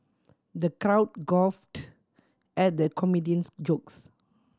the crowd guffawed at the comedian's jokes